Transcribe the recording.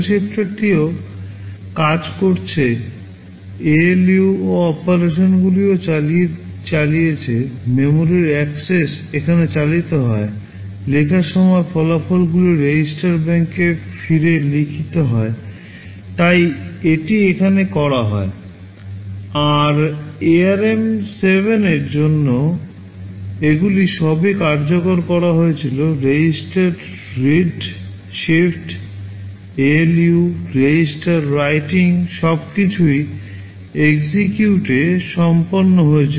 execute এর সময় barrel শিফটারটিও সবকিছুই এক্সিকিউটে সম্পন্ন হয়েছিল